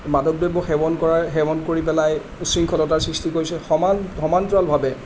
মাদক দ্ৰব্য সেৱন কৰাৰ সেৱন কৰি পেলাই উশৃংখলতাৰ সৃষ্টি কৰিছে সমান সমান্তৰালভাৱে